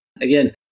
again